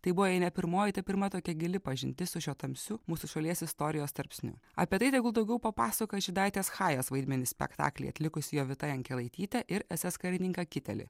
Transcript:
tai buvo jai ne pirmoji ta pirma tokia gili pažintis su šiuo tamsiu mūsų šalies istorijos tarpsniu apie tai tegul daugiau papasakoja žydaitės chajės vaidmenį spektaklyje atlikusi jovita jankelaitytė ir ss karininką kitelį